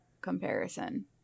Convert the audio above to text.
comparison